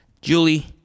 Julie